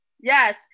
yes